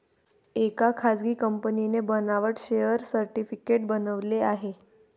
एका खासगी कंपनीने बनावट शेअर सर्टिफिकेट बनवले आहे